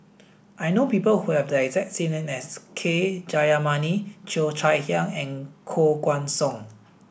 I know people who have the exact as K Jayamani Cheo Chai Hiang and Koh Guan Song